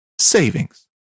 savings